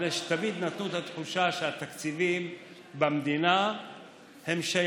כי תמיד נתנו את התחושה שהתקציבים במדינה שייכים